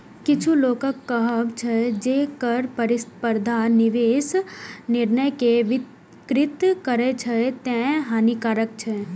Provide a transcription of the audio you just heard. किछु लोकक कहब छै, जे कर प्रतिस्पर्धा निवेश निर्णय कें विकृत करै छै, तें हानिकारक छै